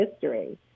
history